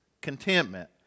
contentment